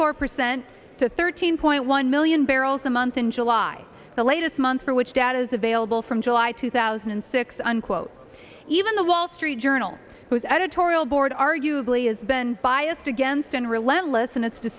four percent to thirteen point one million barrels a month in july the latest month for which data is available from july two thousand and six unquote even the wall street journal whose editorial board arguably has been biased against and relentless in its